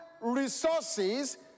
resources